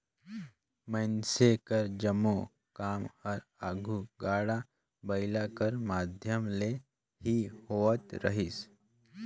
मइनसे कर जम्मो काम हर आघु गाड़ा बइला कर माध्यम ले ही होवत रहिस